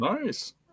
Nice